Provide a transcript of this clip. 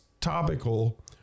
topical